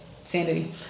sanity